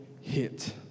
hit